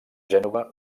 gènova